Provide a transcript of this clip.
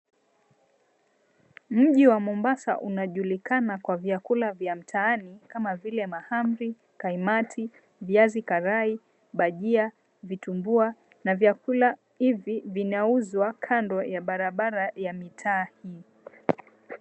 Mji wa mombasa unajulika kwa vyakula vya mitaani kama vile mahamri, kaimati, viazi karae, bhajia, vitumbua, na vyakula hivi vinauzwa kando ya barabara ya mitaani.